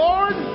Lord